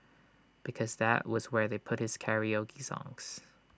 because that was where they put his karaoke songs